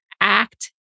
act